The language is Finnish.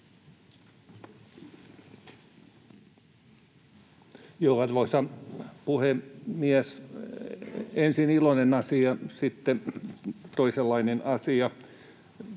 Arvoisa puhemies! Ensin iloinen asia, sitten toisenlainen asia.